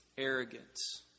arrogance